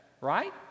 right